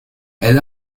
elle